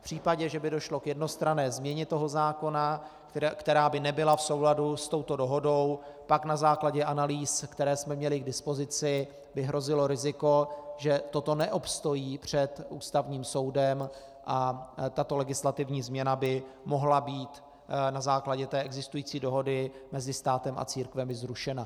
V případě, že by došlo k jednostranné změně toho zákona, která by nebyla v souladu s touto dohodou, pak na základě analýz, které jsme měli k dispozici, by hrozilo riziko, že toto neobstojí před Ústavním soudem, a tato legislativní změna by mohla být na základě té existující dohody mezi státem a církvemi zrušena.